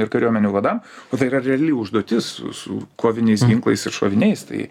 ir kariuomenių vadam o tai yra reali užduotis su koviniais ginklais ir šoviniais tai